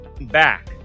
Back